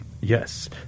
yes